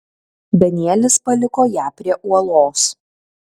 danielis paliko ją prie uolos